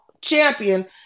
champion